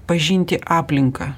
pažinti aplinką